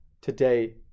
today